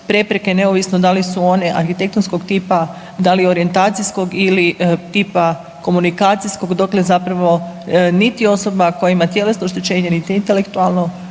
prepreke, neovisno da li su one arhitektonskog tipa, da li orijentacijskog ili tipa komunikacijskog, dokle zapravo niti osoba koja ima tjelesno oštećenje niti intelektualno